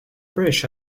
british